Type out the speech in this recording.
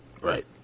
right